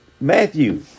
Matthew